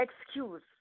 excuse